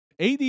AD